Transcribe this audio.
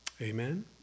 Amen